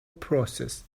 process